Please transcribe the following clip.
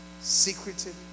secretive